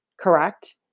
correct